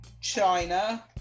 China